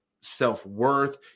self-worth